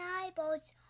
eyeballs